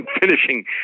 finishing